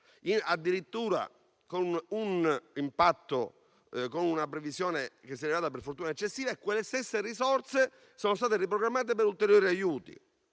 addirittura con un una previsione che si è rivelata per fortuna eccessiva. Quelle stesse risorse sono state riprogrammate per ulteriori aiuti,